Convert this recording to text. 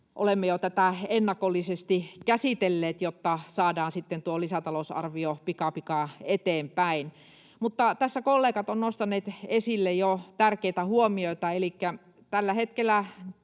olemme jo tätä ennakollisesti käsitelleet, jotta saadaan sitten tuo lisätalousarvio pikapikaa eteenpäin. Mutta tässä kollegat ovat jo nostaneet esille tärkeitä huomioita. Elikkä tällä hetkellä